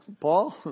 Paul